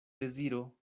deziro